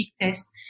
tests